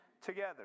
together